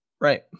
Right